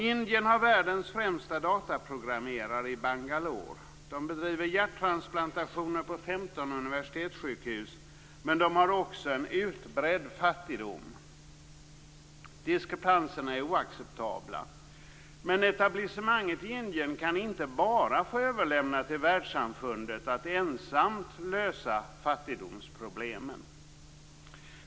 Indien har världens främsta dataprogrammerare i Bangalore. De bedriver hjärttransplantationer på 15 universitetssjukhus, men de har också en utbredd fattigdom. Diskrepanserna är oacceptabla. Men etablissemanget i Indien kan inte bara få överlämna till världssamfundet att ensamt lösa fattigdomsproblemen.